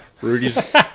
Rudy's